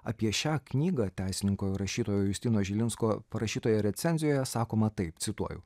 apie šią knygą teisininko ir rašytojo justino žilinsko parašytoje recenzijoje sakoma taip cituoju